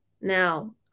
Now